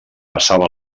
passava